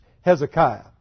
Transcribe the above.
Hezekiah